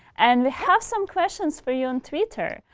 and have some questions for you on twitter.